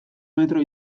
metro